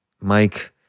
Mike